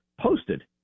posted